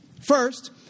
First